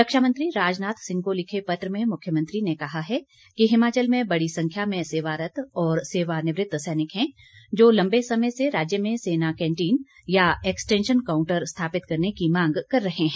रक्षा मंत्री राजनाथ सिंह को लिखे पत्र में मुख्यमंत्री ने कहा है कि हिमाचल में बड़ी संख्या में सेवारत्त और सेवानिवृत्त सैनिक हैं जो लम्बे समय से राज्य में सेना कैंटीन या एक्सटैंशन काउंटर स्थापित करने की मांग कर रहे हैं